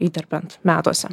įterpiant metuose